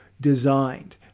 designed